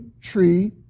tree